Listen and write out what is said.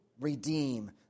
redeem